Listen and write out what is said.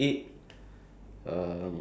um how to say ah